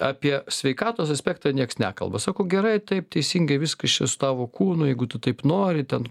apie sveikatos aspektą nieks nekalba sako gerai taip teisingai viskas čia su tavo kūnu jeigu tu taip nori ten